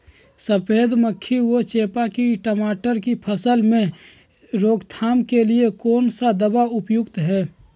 सफेद मक्खी व चेपा की टमाटर की फसल में रोकथाम के लिए कौन सा दवा उपयुक्त है?